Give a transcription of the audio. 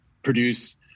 produce